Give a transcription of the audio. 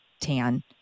TAN